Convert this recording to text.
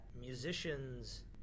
musicians